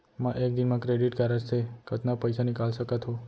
मैं एक दिन म क्रेडिट कारड से कतना पइसा निकाल सकत हो?